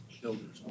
Children